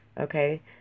Okay